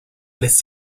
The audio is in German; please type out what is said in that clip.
lässt